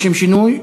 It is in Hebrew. לשם שינוי,